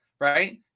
right